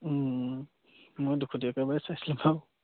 মই দুশ টকীয়া একেবাৰে চাইছিলোঁ বাৰু